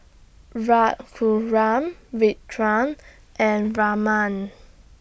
Raghuram Virat and Raman